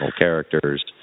characters